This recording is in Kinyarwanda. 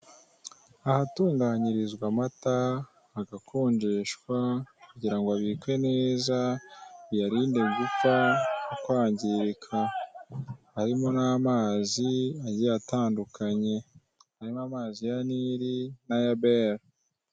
Ahatunganyirizwa amata hagakonjeshwa kugira ngo abikwe neza biyarinde gupfa kwangirika, harimo n'amazi agiye atandukanye harimo amazi ya Nile n'ayabel.